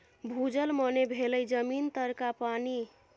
भूजल मने भेलै जमीन तरका पानि